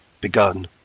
begun